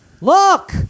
Look